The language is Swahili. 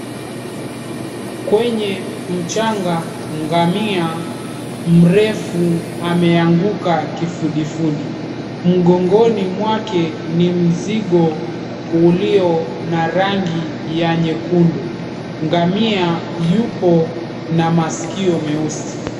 Kwenye mchanga, ngamia mrefu ameanguka kifudifudi. Mgongoni mwake ni mzigo ulio na rangi ya nyekundu. Ngamia yupo na masikio meusi.